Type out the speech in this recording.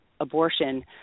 Abortion